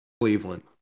Cleveland